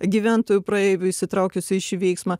gyventojų praeivių įsitraukiusių į šį veiksmą